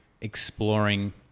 exploring